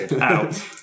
out